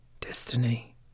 destiny